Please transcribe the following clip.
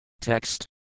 Text